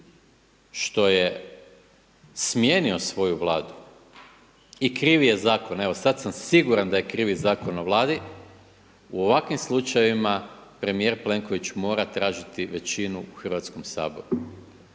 što je smijenio svoju Vladu i kriv je zakon, evo sad sam siguran da je krivi Zakon o Vladi u ovakvim slučajevima premijer Plenković mora tražiti većinu u Hrvatskom saboru.